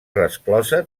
resclosa